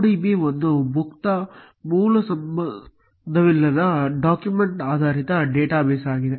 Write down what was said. MongoDB ಒಂದು ಮುಕ್ತ ಮೂಲ ಸಂಬಂಧವಿಲ್ಲದ ಡಾಕ್ಯುಮೆಂಟ್ ಆಧಾರಿತ ಡೇಟಾ ಬೇಸ್ ಆಗಿದೆ